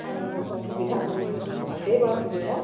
সুবিধা কৰি আছেই বাৰু সুবিধা